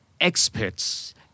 experts